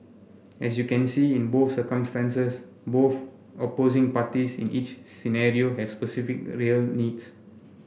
as you can see in both circumstances both opposing parties in each scenario have specific real needs